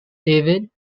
david